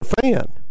fan